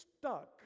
stuck